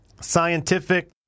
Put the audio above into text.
scientific